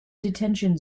detention